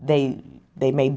they they may